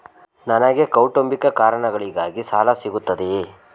ನನಗೆ ಕೌಟುಂಬಿಕ ಕಾರಣಗಳಿಗಾಗಿ ಸಾಲ ಸಿಗುತ್ತದೆಯೇ?